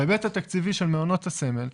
בהיבט התקציבי של מעונות הסמל,